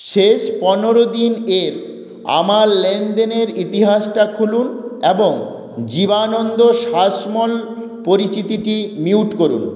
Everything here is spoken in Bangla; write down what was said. শেষ পনেরো দিন এর আমার লেনদেনের ইতিহাসটা খুলুন এবং জীবানন্দ শাসমল পরিচিতিটি মিউট করুন